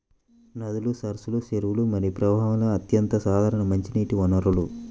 నదులు, సరస్సులు, చెరువులు మరియు ప్రవాహాలు అత్యంత సాధారణ మంచినీటి వనరులు